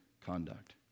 conduct